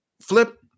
Flip